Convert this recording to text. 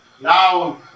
Now